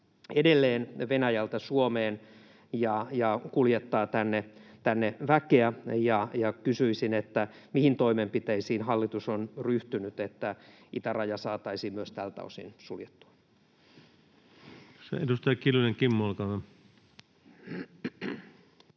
edelleen Venäjältä Suomeen ja kuljettaa tänne väkeä. Kysyisin: mihin toimenpiteisiin hallitus on ryhtynyt, että itäraja saataisiin myös tältä osin suljettua? Kiitoksia. — Edustaja Kiljunen Kimmo, olkaa hyvä.